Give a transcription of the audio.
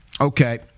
Okay